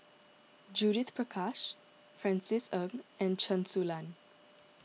Judith Prakash Francis Ng and Chen Su Lan